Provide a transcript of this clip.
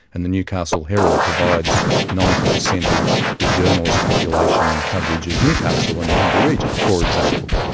and the newcastle herald provides ninety percent of the journalist population and coverage of newcastle and the hunter region, for example.